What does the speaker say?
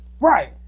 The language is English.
Right